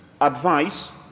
advice